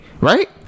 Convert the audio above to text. right